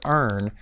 earn